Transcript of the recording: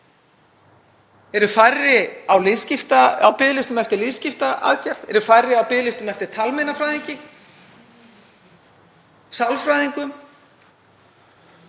Eru færri á biðlista eftir liðskiptaaðgerð? Eru færri á biðlistum eftir talmeinafræðingi? Sálfræðingum?